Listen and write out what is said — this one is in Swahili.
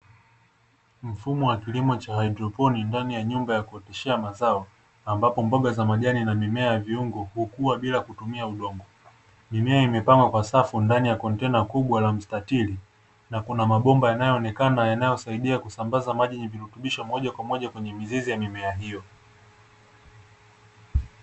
Mfumo wa kilimo cha haidroponi ndani ya nyumba ya kuoteshea mazao ambapo mboga za majani na mimea ya viungo hukua bila kutumia udongo. Mimea imepangwa kwa safu ndani ya kontena kubwa la mstatili na kuna mabomba yanayoonekana, yanayosaidia kusambaza maji yenye virutubisho moja kwa moja kwenye mizizi ya mimea hiyo.